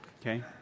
Okay